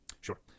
Sure